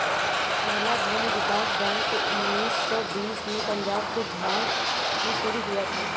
पहला भूमि विकास बैंक उन्नीस सौ बीस में पंजाब के झांग में शुरू हुआ था